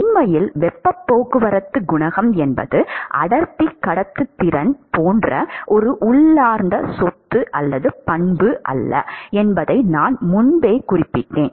உண்மையில் வெப்பப் போக்குவரத்து குணகம் என்பது அடர்த்தி கடத்துத்திறன் போன்ற ஒரு உள்ளார்ந்த சொத்து அல்ல என்பதை நான் முன்பே குறிப்பிட்டேன்